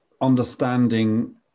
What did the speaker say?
understanding